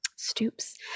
stoops